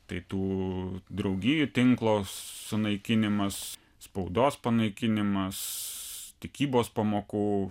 tai tų draugijų tinklo sunaikinimas spaudos panaikinimas tikybos pamokų